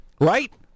right